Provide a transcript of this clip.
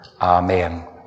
Amen